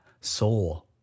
Soul